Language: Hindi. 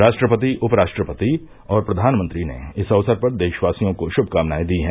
राष्ट्रपति उपराष्ट्रपति और प्रधानमंत्री ने इस अवसर पर देशवासियों को शुभकामनाएं दी हैं